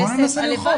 בואי ננסה ללחוץ.